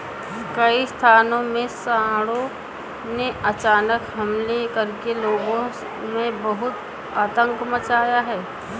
कई स्थानों में सांडों ने अचानक हमले करके लोगों में बहुत आतंक मचाया है